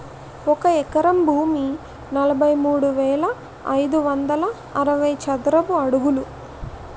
ఒక ఎకరం భూమి నలభై మూడు వేల ఐదు వందల అరవై చదరపు అడుగులు